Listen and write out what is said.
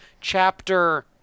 chapter